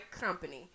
company